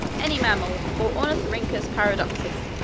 any mammal or ornithorhynchus paradoxus.